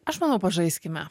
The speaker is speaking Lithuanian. aš manau pažaiskime